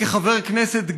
כחבר כנסת,